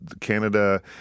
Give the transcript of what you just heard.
Canada